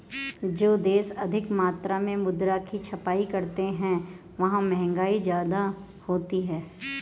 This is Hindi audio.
जो देश अधिक मात्रा में मुद्रा की छपाई करते हैं वहां महंगाई ज्यादा होती है